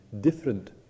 different